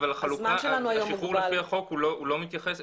אבל השחרור לפי החוק הוא לא מתייחס,